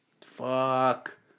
Fuck